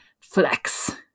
flex